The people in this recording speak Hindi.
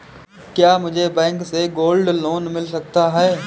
क्या मुझे बैंक से गोल्ड लोंन मिल सकता है?